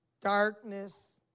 darkness